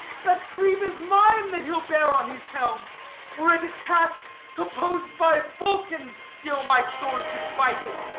that sleeve is mine that he'll bear on his helm were it a casque compos'd by vulcan's skill my sword should bite it.